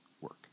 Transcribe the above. work